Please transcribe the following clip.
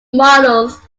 models